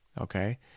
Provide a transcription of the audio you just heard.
okay